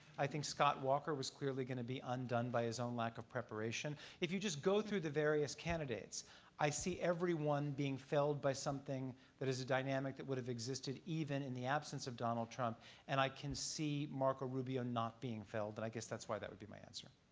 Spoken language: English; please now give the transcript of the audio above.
i think scott walker was clearly going to be undone by his own lack of preparation. if you just go through the various candidates i see every one being failed by something that is a dynamic that would've existed even in the absence of donald trump and i can see marco rubio not being failed and i guess that's why that would be my answer.